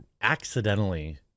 accidentally